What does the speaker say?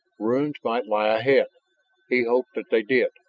ruins might lie ahead he hoped that they did.